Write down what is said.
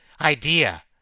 idea